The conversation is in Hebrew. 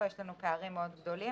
פערים מאוד גדולים?